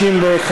61,